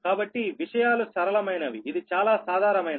కాబట్టి విషయాలు సరళమైనవి ఇది చాలా సాధారణమైనది